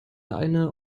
eine